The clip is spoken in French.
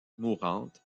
mourante